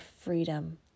freedom